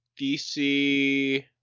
DC